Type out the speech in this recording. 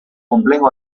complejo